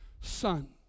son